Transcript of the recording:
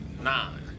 nine